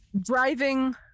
Driving